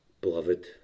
Beloved